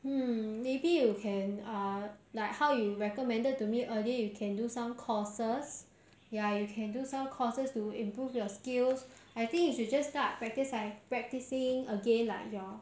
hmm maybe you can uh like how you recommended to me earlier you can do some courses ya you can do some courses to improve your skills I think you should just start practise practising again like your